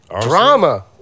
Drama